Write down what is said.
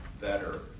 better